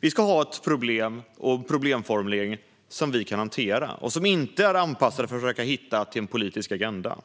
Vi ska ha en problemformulering som vi kan hantera och som inte är anpassad för att passa till en politisk agenda.